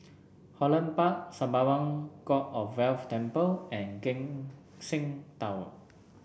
Holland Park Sembawang God of Wealth Temple and Keck Seng Tower